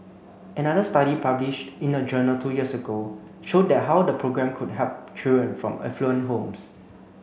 another study published in a journal two years ago showed the how the programme could help children from affluent homes